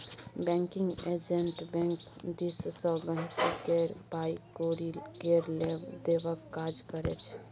banking agent bank दिस सँ गांहिकी केर पाइ कौरी केर लेब देबक काज करै छै